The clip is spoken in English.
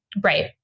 Right